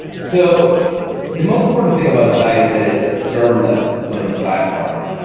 so the most important thing about zeit is that it's a serverless deployment platform.